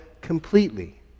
completely